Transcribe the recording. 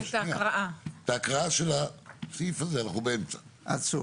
ההקראה של הסעיף הזה, אנחנו באמצע.